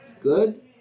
good